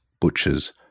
butchers